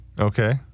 Okay